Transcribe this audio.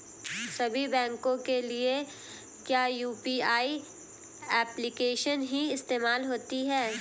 सभी बैंकों के लिए क्या यू.पी.आई एप्लिकेशन ही इस्तेमाल होती है?